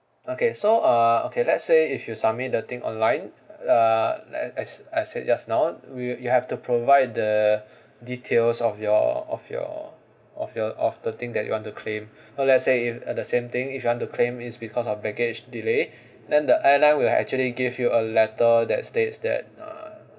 okay so uh okay let's say if you submit the thing online uh le~ as I said just now you you have to provide the details of your of your of your of the thing that you want to claim let's say if at the same thing if you want to claim is because of baggage delay then the airline will actually give you a letter that states that uh